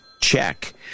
check